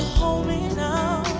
hold me now